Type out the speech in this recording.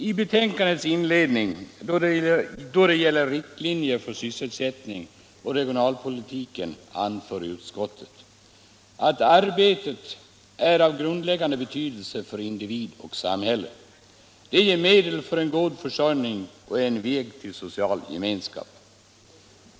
I betänkandets inledning, då det gäller riktlinjer för sysselsättnings och regionalpolitiken, anför utskottet att arbetet är av grundläggande betydelse för individ och samhälle. Det ger medel för en god försörjning och är en väg till social gemenskap.